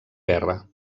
guerra